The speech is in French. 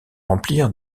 remplir